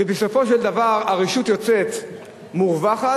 ובסופו של דבר הרשות יוצאת מורווחת,